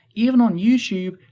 even on youtube,